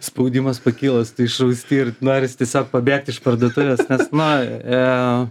spaudimas pakyla išrausti ir norisi tiesiog pabėgt iš parduotuvės nes na